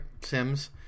Sims